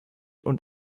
und